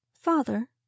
Father